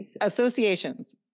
associations